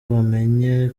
bamenye